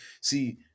see